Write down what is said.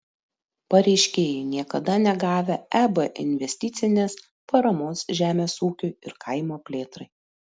pareiškėjai niekada negavę eb investicinės paramos žemės ūkiui ir kaimo plėtrai